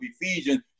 Ephesians